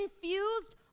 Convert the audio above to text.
confused